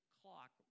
clock